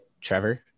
Trevor